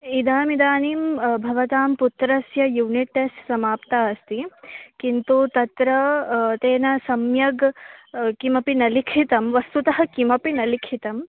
इदानीमिदानीं भवतां पुत्रस्य unit test समाप्ता अस्ति किन्तु तत्र तेन सम्यग् किमपि न लिखितं वस्तुतः किमपि न लिखितम्